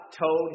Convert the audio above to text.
told